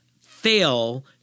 fail